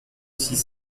six